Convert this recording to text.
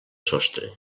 sostre